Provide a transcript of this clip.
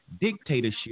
dictatorship